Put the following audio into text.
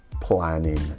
planning